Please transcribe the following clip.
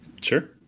Sure